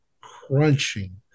crunching